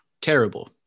terrible